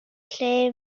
lle